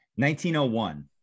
1901